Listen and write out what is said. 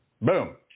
Boom